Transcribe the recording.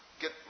Get